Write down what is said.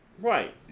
Right